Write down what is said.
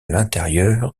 l’intérieur